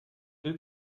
deux